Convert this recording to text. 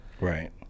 Right